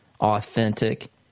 authentic